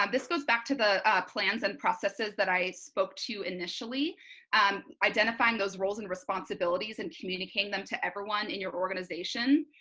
um this goes back to the plans and processes that i spoke to initially identifying those roles and responsibilities and communicating them to everyone in your organization,